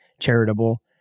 charitable